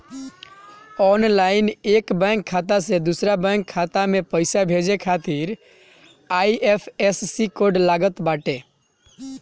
online एक bank खाता से दूसरा बैंक खाता में पईसा भेजे खातिर आई.एफ.एस.सी कोड लागत बाटे